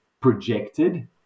projected